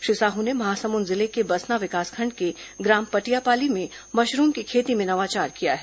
श्री साहू ने महासमुंद जिले के बसना विकासखंड के ग्राम पटियापाली में मशरूम की खेती में नवाचार किया है